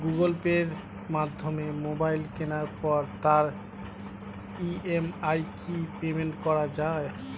Google পের মাধ্যমে mobile কেনার পরে তার ই.এম.আই কি পেমেন্ট করা যায়?